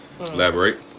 elaborate